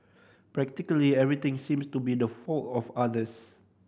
practically everything seems to be the fault of others